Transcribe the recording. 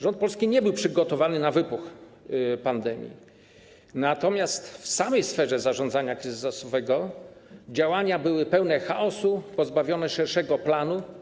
Rząd polski nie był przygotowany na wybuch pandemii, natomiast w samej sferze zarządzania kryzysowego działania były pełne chaosu, pozbawione szerszego planu.